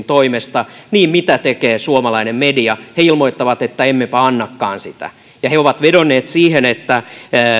toimesta niin mitä tekee suomalainen media se ilmoittaa että emmepä annakaan sitä se on vedonnut siihen että